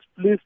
Please